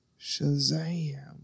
Shazam